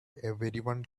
everyone